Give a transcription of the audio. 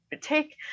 take